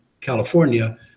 California